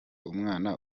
umwana